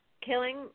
killing